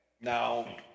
Now